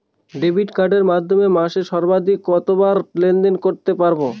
Debit কার্ডের মাধ্যমে মাসে সর্বাধিক কতবার লেনদেন করতে পারবো?